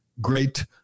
great